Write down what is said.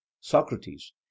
Socrates